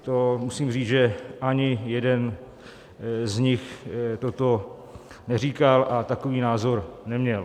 To musím říct, že ani jeden z nich toto neříkal a takový názor neměl.